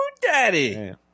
daddy